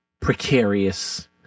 precarious